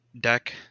deck